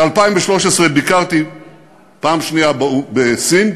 ב-2013 ביקרתי בפעם שנייה בסין,